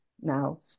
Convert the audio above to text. now